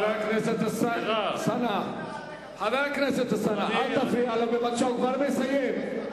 חבר הכנסת אלסאנע, אל תפריע לו, הוא כבר מסיים.